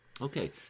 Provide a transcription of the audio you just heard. Okay